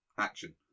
action